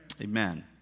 Amen